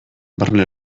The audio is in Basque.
barne